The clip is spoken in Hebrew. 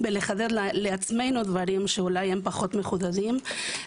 ולחדד לעצמנו דברים שהם פחות מחודדים.